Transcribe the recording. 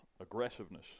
aggressiveness